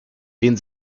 den